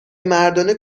مردانه